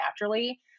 naturally